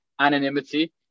anonymity